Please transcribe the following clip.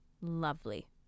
Lovely